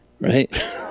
Right